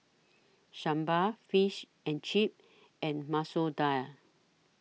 Sambar Fish and Chips and Masoor Dal